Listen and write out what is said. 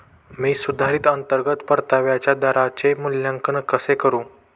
मी सुधारित अंतर्गत परताव्याच्या दराचे मूल्यांकन कसे करू?